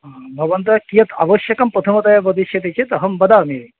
हा भवन्तः कियत् आवश्यकं प्रथमतया वदिष्यति चेत् अहं वदामि